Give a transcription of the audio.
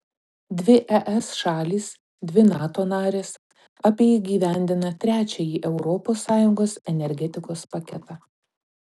dvi es šalys dvi nato narės abi įgyvendina trečiąjį europos sąjungos energetikos paketą